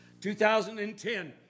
2010